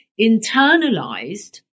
internalized